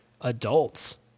adults